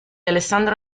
alessandro